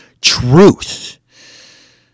truth